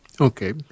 Okay